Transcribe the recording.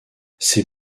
ces